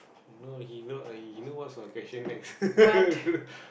no he know he know what's my question next